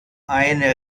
eine